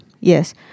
Yes